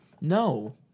No